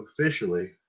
officially